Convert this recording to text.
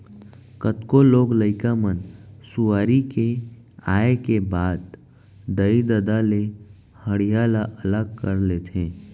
कतको लोग लइका मन सुआरी के आए के बाद दाई ददा ले हँड़िया ल अलग कर लेथें